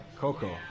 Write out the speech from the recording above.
Coco